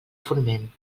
forment